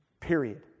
Period